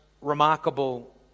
remarkable